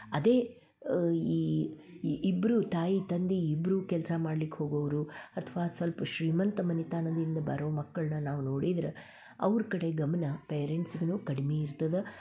ಅದೇ ಈ ಈ ಇಬ್ಬರು ತಾಯಿ ತಂದೆ ಇಬ್ಬರು ಕೆಲಸ ಮಾಡ್ಲಿಕ್ಕೆ ಹೋಗುವವರು ಅಥ್ವಾ ಸ್ವಲ್ಪ ಶ್ರೀಮಂತ ಮನೆತನದಿಂದ ಬರೋ ಮಕ್ಕಳನ್ನ ನಾವು ನೋಡಿದ್ರೆ ಅವ್ರ ಕಡೆ ಗಮನ ಪೇರೆಂಟ್ಸಿಗೂ ಕಡಿಮೆ ಇರ್ತದ